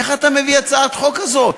איך אתה מביא הצעת חוק כזאת?